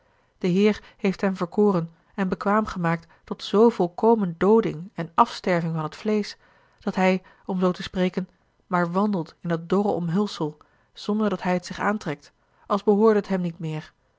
de heer heeft hem verkoren en bekwaam gemaakt tot zoo volkomen dooding en afsterving van t vleesch dat hij om zoo te spreken maar wandelt in dat dorre omhulsel zonder dat hij het zich aantrekt als behoorde het hem niet meer